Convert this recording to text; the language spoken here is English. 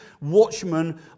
watchmen